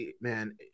man